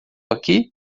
aqui